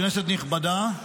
כנסת נכבדה,